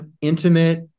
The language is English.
intimate